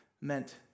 meant